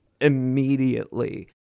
immediately